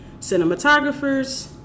cinematographers